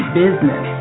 business